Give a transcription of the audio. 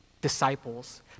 disciples